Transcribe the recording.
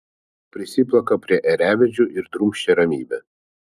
prisiplaka prie ėriavedžių ir drumsčia ramybę